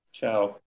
Ciao